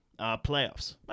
playoffs